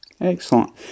Excellent